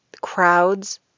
crowds